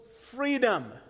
freedom